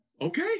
Okay